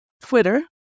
Twitter